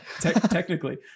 Technically